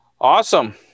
Awesome